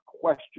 question